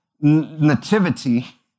nativity